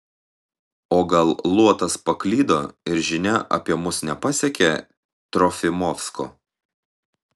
o gal luotas paklydo ir žinia apie mus nepasiekė trofimovsko